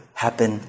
happen